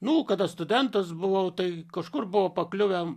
nu kada studentas buvau tai kažkur buvo pakliuvę